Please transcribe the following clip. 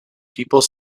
people